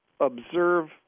observe